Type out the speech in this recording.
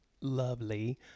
lovely